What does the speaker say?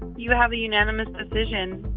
you have a unanimous decision.